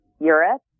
Europe